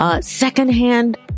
secondhand